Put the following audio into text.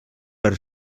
per